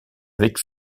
avec